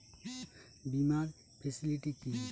বীমার ফেসিলিটি কি?